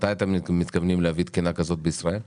מתי אתם מתכוונים להביא תקינה כזו בישראל?